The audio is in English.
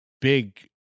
big